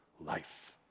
life